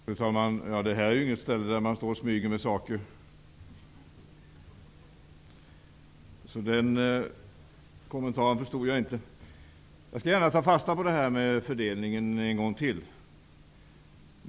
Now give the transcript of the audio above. Fru talman! Detta är inget ställe där man smyger med saker, så den kommentaren förstod jag inte. Men jag skall gärna ta fasta på det här med fördelningen en gång till.